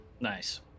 Nice